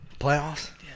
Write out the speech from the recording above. playoffs